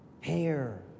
hair